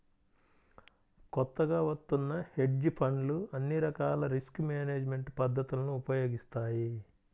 కొత్తగా వత్తున్న హెడ్జ్ ఫండ్లు అన్ని రకాల రిస్క్ మేనేజ్మెంట్ పద్ధతులను ఉపయోగిస్తాయి